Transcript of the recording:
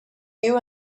you